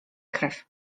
krew